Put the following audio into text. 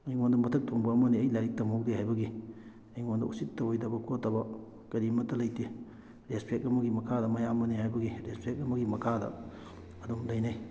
ꯑꯩꯉꯣꯟꯗ ꯃꯊꯛ ꯊꯣꯡꯕ ꯑꯃꯗꯤ ꯑꯩ ꯂꯥꯏꯔꯤꯛ ꯇꯝꯍꯧꯗꯦ ꯍꯥꯏꯕꯒꯤ ꯑꯩꯉꯣꯟꯗ ꯎꯁꯤꯠ ꯊꯑꯣꯏꯗꯕ ꯈꯣꯠꯇꯕ ꯀꯔꯤꯃꯠꯇ ꯂꯩꯇꯦ ꯔꯦꯁꯄꯦꯛ ꯑꯃꯒꯤ ꯃꯈꯥꯗ ꯃꯌꯥꯝꯕꯅꯤ ꯍꯥꯏꯕꯒꯤ ꯔꯦꯁꯄꯦꯛ ꯑꯃꯒꯤ ꯃꯈꯥꯗ ꯑꯗꯨꯝ ꯂꯩꯅꯩ